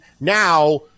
now